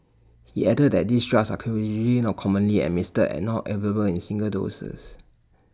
he added that these drugs are usually not commonly administered and not available in single doses